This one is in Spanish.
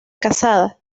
casada